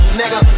nigga